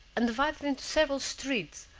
and divided into several streets,